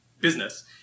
Business